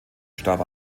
starb